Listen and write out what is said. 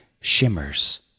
shimmers